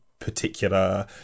particular